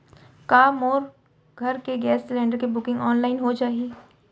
का मोर घर के गैस सिलेंडर के बुकिंग ऑनलाइन हो जाही?